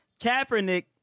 Kaepernick